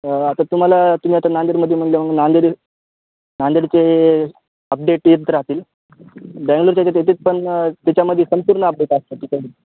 आता तुम्हाला तुम्ही आता नांदेडमध्ये म्हटलं मग नांदेडी नांदेडचे अपडेट येत राहतील बँंगलूरच्या तेथच पण त्याच्यामध्ये संपूर्ण अपडेट असतात त्याच्या